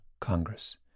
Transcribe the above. Congress